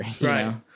Right